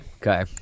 Okay